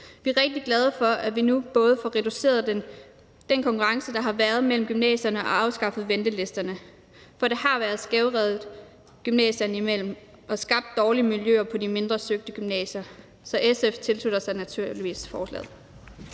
Vi er rigtig glade for, at vi nu både får reduceret den konkurrence, der har været mellem gymnasierne, og afskaffet ventelisterne. For det har været skævvredet gymnasierne imellem og skabt dårlige miljøer på de mindre søgte gymnasier. Så SF tilslutter sig naturligvis forslaget.